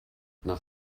nach